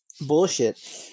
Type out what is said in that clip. bullshit